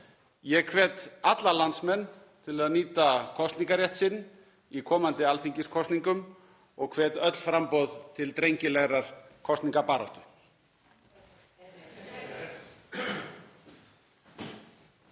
Ég hvet alla landsmenn til að nýta kosningarrétt sinn í komandi alþingiskosningum og hvet öll framboð til drengilegar kosningabaráttu.